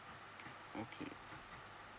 okay